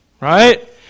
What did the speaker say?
right